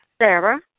Sarah